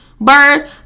Bird